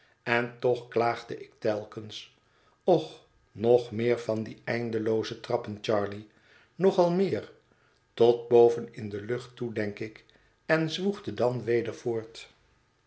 en toch klaagde ik telkens och nog meer van die indelooze trappen charley nog al meer tot boven in de lucht toe denk ik en zwoegde dan weder voort